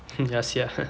hmm ya sia